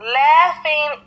laughing